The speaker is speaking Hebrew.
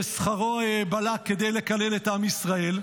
ששְכָרו בלק כדי לקלל את עם ישראל.